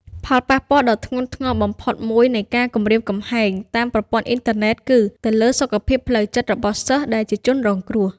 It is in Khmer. ផលប៉ះពាល់ដ៏ធ្ងន់ធ្ងរបំផុតមួយនៃការគំរាមកំហែងតាមប្រព័ន្ធអ៊ីនធឺណិតគឺទៅលើ សុខភាពផ្លូវចិត្ត របស់សិស្សដែលជាជនរងគ្រោះ។